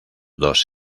dos